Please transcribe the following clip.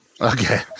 okay